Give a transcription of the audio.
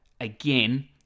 Again